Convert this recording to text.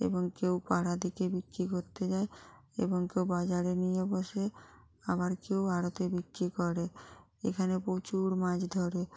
এবং কেউ পাড়া দিকে বিক্রি করতে যায় এবং কেউ বাজারে নিয়ে বসে আবার কেউ আড়তে বিক্রি করে এখানে প্রচুর মাছ ধরে